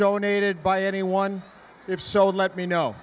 donated by anyone if so let me know